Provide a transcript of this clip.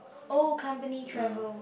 oh company travel